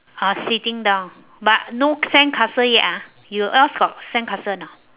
uh sitting down but no sandcastle yet ah you else got sandcastle not